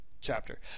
chapter